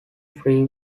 free